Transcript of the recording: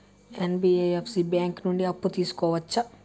NBFC bank నుండి అప్పు తీసుకోవచ్చా?